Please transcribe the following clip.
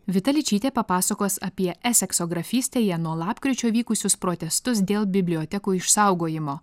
vita ličytė papasakos apie esekso grafystėje nuo lapkričio vykusius protestus dėl bibliotekų išsaugojimo